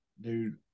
dude